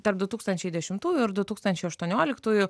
tarp du tūkstančiai dešimtųjų ir su tūkstančiai aštuonioliktųjų